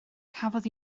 cafodd